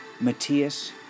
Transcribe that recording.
Matthias